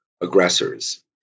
aggressors